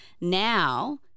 now